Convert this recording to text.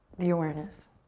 the awareness.